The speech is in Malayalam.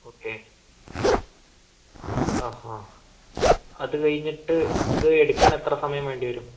ഓക്കേ ആ ആ അത് കഴിഞ്ഞിട്ട് ഇതെടുക്കാൻ എത്ര സമയം വേണ്ടി വരും